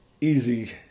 easy